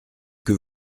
que